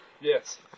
Yes